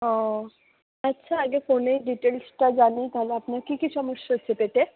ও আচ্ছা আগে ফোনে ডিটেলসটা জানি তাহলে আপনার কী কী সমস্যা হচ্ছে পেটে